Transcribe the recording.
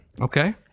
Okay